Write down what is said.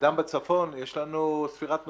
בדן בצפון יש לנו ספירת נוסעים,